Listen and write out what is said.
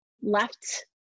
left